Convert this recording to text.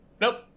Nope